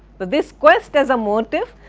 but this quest as a motif,